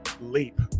leap